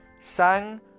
Sang